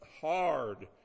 hard